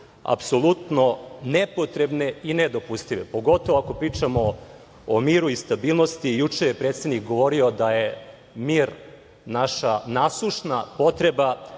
apsolutno nepotrebne i nedopustive, pogotovo ako pričamo o miru i stabilnosti. Juče je predsednik govorio da je mir naša nasušna potreba.